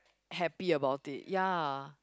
happy about it ya